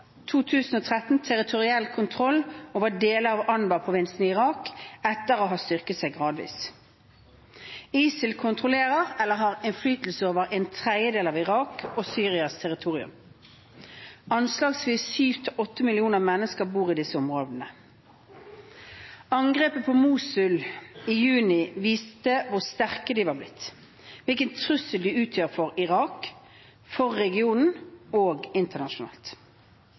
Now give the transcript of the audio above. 2013 territoriell kontroll over deler av Anbar-provinsen i Irak etter å ha styrket seg gradvis. ISIL kontrollerer eller har innflytelse over en tredjedel av Iraks og Syrias territorium. Anslagsvis 7–8 millioner mennesker bor i disse områdene. Angrepet på Mosul i juni viste hvor sterke de var blitt, hvilken trussel de utgjør for Irak, for regionen og internasjonalt.